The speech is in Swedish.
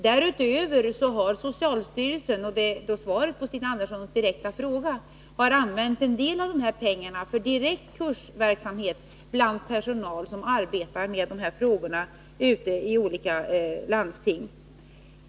Därutöver har socialstyrelsen — och det är svaret på Stina Anderssons direkta fråga — använt en del av dessa pengar för direkt kursverksamhet bland personal som arbetar med dessa frågor i olika landsting.